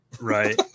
Right